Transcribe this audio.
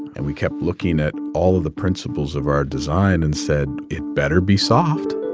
and we kept looking at all of the principles of our design and said, it better be soft